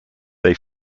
they